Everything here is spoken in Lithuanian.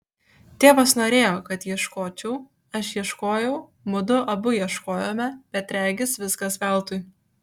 tėvas norėjo kad ieškočiau aš ieškojau mudu abu ieškojome bet regis viskas veltui